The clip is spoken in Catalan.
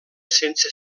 sense